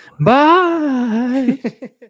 Bye